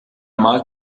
malt